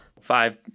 Five